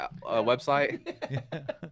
website